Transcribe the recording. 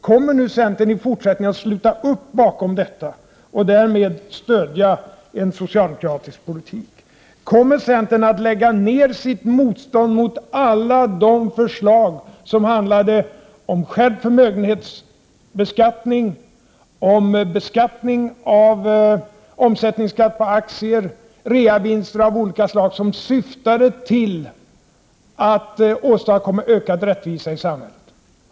Kommer centern i fortsättningen att sluta upp bakom dessa förslag och därmed stödja en socialdemokratisk politik? Kommer centern att lägga ned sitt motstånd mot alla de förslag som handlar om skärpt förmögenhetsbeskattning, omsättningsskatt på aktier och beskattning av reavinster av olika slag, som syftade till att åstadkomma ökad rättvisa i samhället?